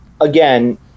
again